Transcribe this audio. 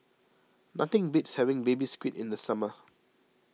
nothing beats having Baby Squid in the summer